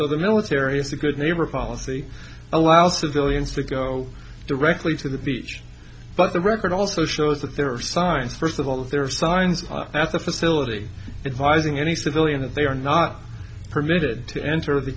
so the military is a good neighbor policy allows civilians to go directly to the beach but the record also shows that there are signs first of all there are signs at the facility if i think any civilian that they are not permitted to enter the